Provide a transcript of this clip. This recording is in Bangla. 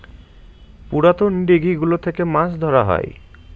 পুরাতন দিঘি গুলো থেকে মাছ ধরা হয়